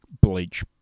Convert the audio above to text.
bleach